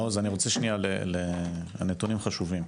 מעוז אני רוצה שניה להתעכב על נתונים חשובים.